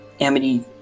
Amity